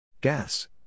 Gas